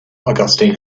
augustine